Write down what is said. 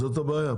זאת הבעיה?